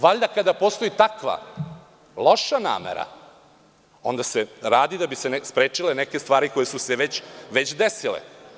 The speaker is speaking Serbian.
Valjda kada postoji takva loša namera, onda se radi da bi se sprečile neke stvari koje su se već desile.